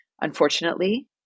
unfortunately